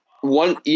one